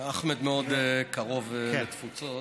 אחמד מאוד קרוב לתפוצות.